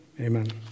Amen